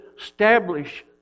establish